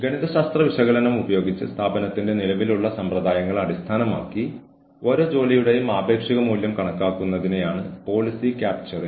ഓർഗനൈസേഷനിൽ അവർക്ക് എങ്ങനെ മുന്നോട്ട് പോകാം എങ്ങനെ അവരുടെ പ്രമോഷനുകൾ നേടാം മുതലായവ അവരോട് പറയുക